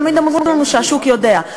תמיד אמרו לנו שהשוק יודע,